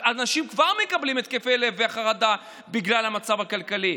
אנשים כבר מקבלים התקפי לב וחרדה בגלל המצב הכלכלי.